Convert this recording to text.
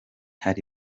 hari